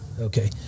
Okay